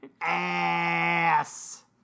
ass